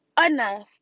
enough